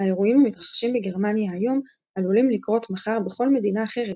האירועים המתרחשים בגרמניה היום עלולים לקרות מחר בכל מדינה אחרת,